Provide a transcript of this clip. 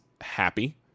happy